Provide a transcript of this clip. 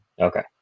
Okay